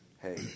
hey